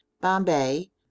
Bombay